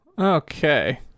Okay